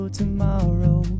tomorrow